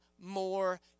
more